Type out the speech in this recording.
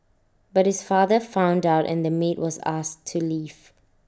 but his father found out and the maid was asked to leave